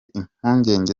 impungenge